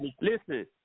Listen